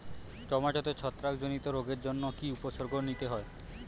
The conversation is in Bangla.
টমেটোতে ছত্রাক জনিত রোগের জন্য কি উপসর্গ নিতে হয়?